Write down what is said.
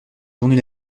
tourner